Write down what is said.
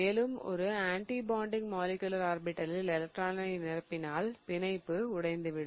மேலும் ஒரு anti bonding molecular ஆர்பிடலில் எலக்ட்ரான்களை நிரப்பினால் பிணைப்பு உடைந்து விடும்